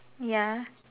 ya